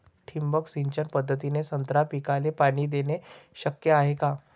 ठिबक सिंचन पद्धतीने संत्रा पिकाले पाणी देणे शक्य हाये का?